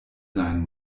sein